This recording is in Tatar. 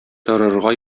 торырга